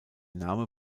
name